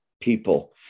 people